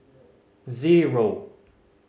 zero